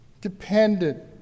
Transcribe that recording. dependent